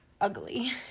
ugly